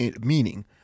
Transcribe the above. meaning